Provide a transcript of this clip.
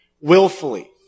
willfully